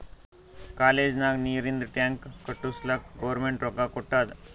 college ನಾಗ್ ನೀರಿಂದ್ tank ಕಟ್ಟುಸ್ಲಕ್ ಗೌರ್ಮೆಂಟ್ ರೊಕ್ಕಾ ಕೊಟ್ಟಾದ್